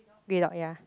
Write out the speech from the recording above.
big dog ya